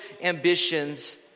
ambitions